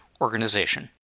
organization